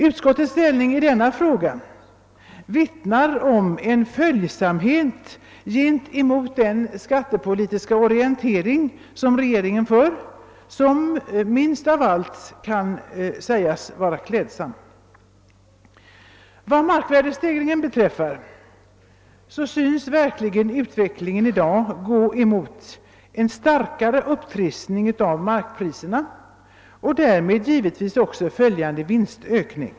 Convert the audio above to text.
Utskottets ställningstagande i denna fråga vittnar om en följsamhet mot regeringens skattepolitiska orientering som minst av allt kan sägas vara klädsam. Vad markvärdestegringen beträffar synes utvecklingen i dag verkligen gå mot en starkare upptrissning av markpriserna och därmed följande vinstökning.